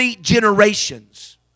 generations